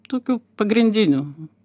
tokių pagrindinių